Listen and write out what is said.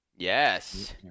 yes